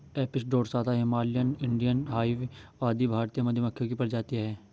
Apis dorsata, Himalayan, Indian hive आदि भारतीय मधुमक्खियों की प्रजातियां है